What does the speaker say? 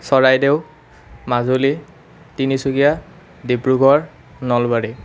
Charaideo Majuli Tinsukia Dibrugarh Nalbari